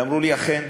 ואמרו לי: אכן,